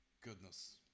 goodness